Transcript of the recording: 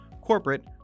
corporate